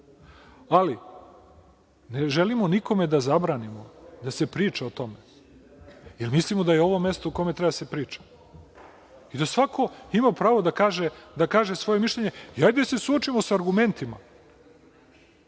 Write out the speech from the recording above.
Ali, ne želimo nikome da zabranimo da se priča o tome, jer mislimo da je ovo mesto na kome treba da se priča i da svako ima pravo da kaže svoje mišljenje. Hajde da se suočimo sa argumentima,